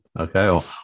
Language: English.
Okay